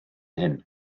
hyn